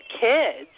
kids